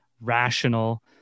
rational